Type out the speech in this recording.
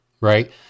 right